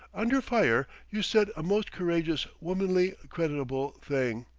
under fire you said a most courageous, womanly, creditable thing.